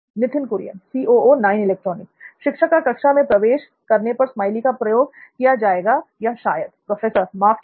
नित्थिन कुरियन शिक्षक का कक्षा में प्रवेश करने पर स्माइली का प्रयोग किया जाएगा या शायद प्रोफेसर माफ कीजिए